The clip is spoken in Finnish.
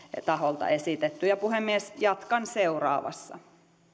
taholta esitetty puhemies jatkan seuraavassa